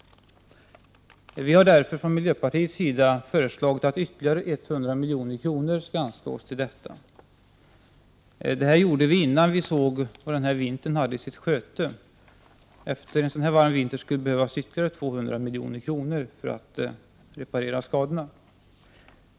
Vi har därför från miljöpartiets sida föreslagit att ytterligare 100 milj.kr. skall anslås till detta. Det föreslog vi innan vi såg vad vintern hade i sitt sköte. Efter en sådan varm vinter skulle det behövas ytterligare 200 milj.kr. för att reparera skadorna.